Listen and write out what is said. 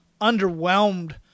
underwhelmed